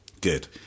Good